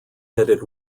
headed